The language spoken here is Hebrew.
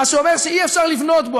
מה שאומר שאי-אפשר לבנות בו.